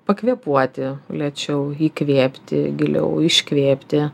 pakvėpuoti lėčiau įkvėpti giliau iškvėpti